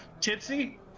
tipsy